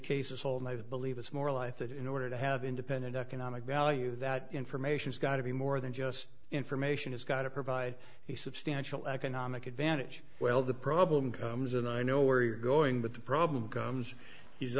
that believe it's more life that in order to have independent economic value that information's got to be more than just information has got to provide a substantial economic advantage well the problem comes in i know where you're going but the problem comes he's